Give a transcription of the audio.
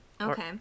Okay